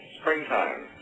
springtime